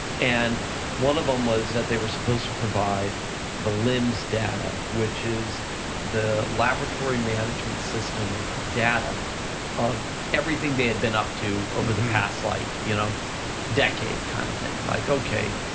and one of them um was that they were supposed to provide the lims data, which is the laboratory management system data of everything they had been up to over the past like you know decade, kind of thing, like, okay,